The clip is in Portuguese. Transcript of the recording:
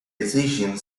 exigindo